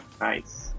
Nice